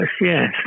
yes